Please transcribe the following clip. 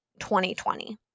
2020